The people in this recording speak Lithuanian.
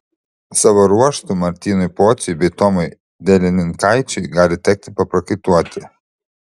savo ruožtu martynui pociui bei tomui delininkaičiui gali tekti paprakaituoti